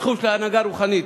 בתחום של ההנהגה הרוחנית.